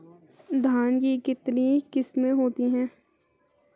धान की कितनी किस्में होती हैं?